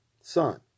son